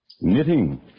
Knitting